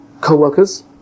co-workers